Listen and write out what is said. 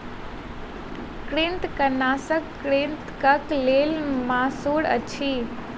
कृंतकनाशक कृंतकक लेल माहुर अछि